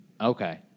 Okay